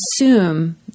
assume